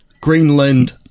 greenland